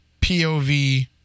POV